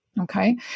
Okay